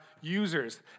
users